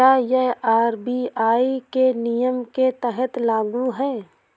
क्या यह आर.बी.आई के नियम के तहत लागू है?